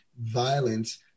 violence